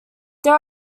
there